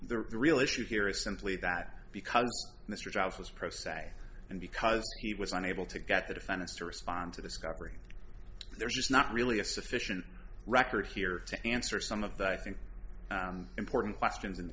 the real issue here is simply that because mr giles was pressed say and because he was unable to get the defendants to respond to discovery there's just not really a sufficient record here to answer some of the i think important questions in the